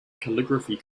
calligraphy